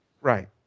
Right